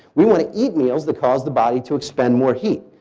we want to eat meals that cause the body to expend more heat.